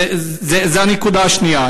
זו הנקודה השנייה.